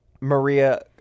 Maria